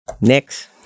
next